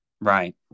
right